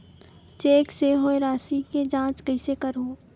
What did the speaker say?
Cheque से होए राशि के जांच कइसे करहु?